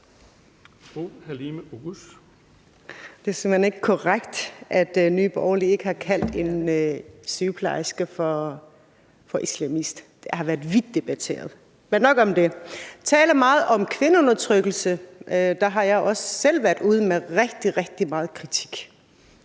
Det er simpelt hen ikke korrekt, at Nye Borgerlige ikke har kaldt en sygeplejerske for islamist. Det har været debatteret vidt. Men nok om det. Man taler meget om kvindeundertrykkelse, og jeg har også selv været ude med rigtig, rigtig meget kritik